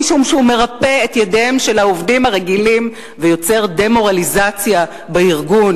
משום שהוא מרפה את ידיהם של העובדים הרגילים ויוצר דמורליזציה בארגון,